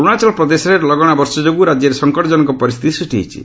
ଅରୁଣାଚଳ ପ୍ରଦେଶରେ ଲଗାଣ ବର୍ଷା ଯୋଗୁଁ ରାଜ୍ୟରେ ସଙ୍କଟଜନକ ପରିସ୍ଥିତି ସୃଷ୍ଟି ହୋଇଛି